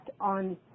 on